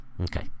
Okay